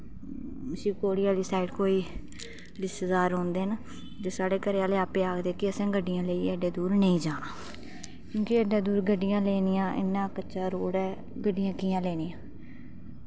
शिवखोड़ी आह्ली साईड कोई रिश्तेदार रौहंदे न ते साढ़े घरै आह्ले आपूं आखदे कि एड्डे दूर घरै आह्ले खाह्गे की एड्डे दूर इन्नियां गड्डियां लैनियां ते गड्डियां कियां लैनियां